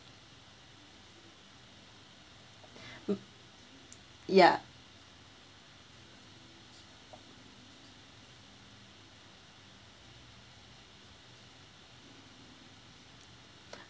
mm ya